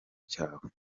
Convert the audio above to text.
cyabo